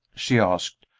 she asked.